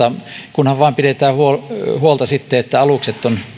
kunhan vain pidetään huolta huolta sitten että alukset ovat